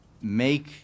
make